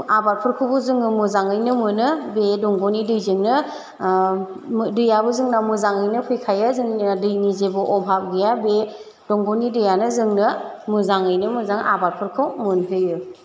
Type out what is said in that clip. आबादफोरखौबो जोङो मोजाङैनो मोनो बे दंग'नि दैजोंनो दैआबो जोंना मोजाङैनो फैखायो जोंनिया दैनि जेबो अभाब गैया बे दंग'नि दैआनो जोंनो मोजाङैनो मोजां आबादफोरखौ मोनहोयो